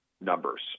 numbers